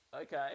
Okay